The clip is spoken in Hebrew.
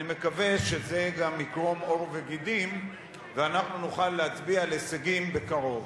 אני מקווה שזה גם יקרום עור וגידים ואנחנו נוכל להצביע על הישגים בקרוב.